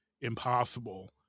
impossible